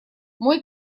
мой